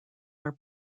are